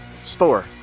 store